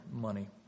money